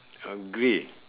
uh grey